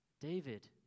David